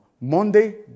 Monday